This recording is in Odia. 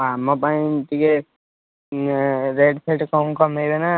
ଆମପାଇଁ ଟିକିଏ ରେଟ୍ ଫେଟ୍ କ'ଣ କମେଇବେ ନା